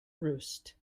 roost